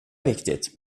viktigt